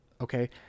okay